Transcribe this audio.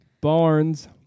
Barnes